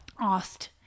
asked